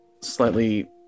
slightly